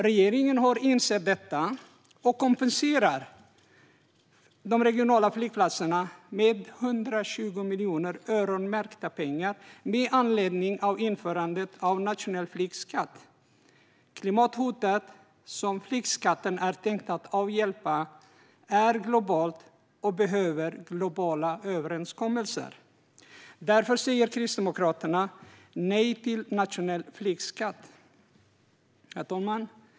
Regeringen har insett detta och kompenserar de regionala flygplatserna med 120 miljoner, öronmärkta pengar, med anledning av införandet av en nationell flygskatt. Klimathotet, som flygskatten är tänkt att avhjälpa, är globalt och behöver globala överenskommelser. Därför säger Kristdemokraterna nej till en nationell flygskatt. Herr talman!